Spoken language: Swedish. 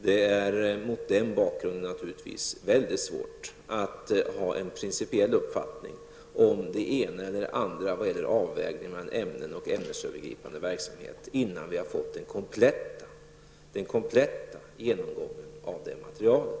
Det är naturligtvis mycket svårt att ha en principiell uppfattning om det ena eller det andra när det gäller avvägningen mellan ämnen och ämnesövergripande verksamhet innan vi har fått den kompletta genomgången av detta material.